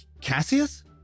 Cassius